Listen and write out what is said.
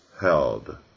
held